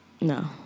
No